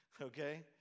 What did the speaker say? Okay